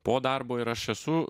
po darbo ir aš esu